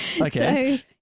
Okay